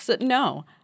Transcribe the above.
no